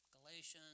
Galatians